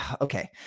okay